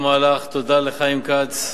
המהלך, תודה לחיים כץ,